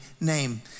name